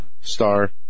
star